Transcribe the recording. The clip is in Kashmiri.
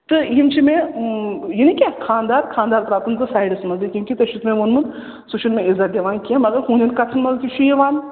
تہٕ یِم چھِ مےٚ یہِ نہٕ کینٛہہ خاندار خاندار ترٛاو کُنہِ کُن سایڈَس منٛز یِتھ کَنۍ کہِ ژےٚ چھُتھ مےٚ ووٚنمُت سُہ چھُنہٕ مےٚ اِزا دِوان کینٛہہ مگر ہُنٛدٮ۪ن کَتھَن منٛز تہِ چھِ یِوان